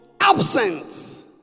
absent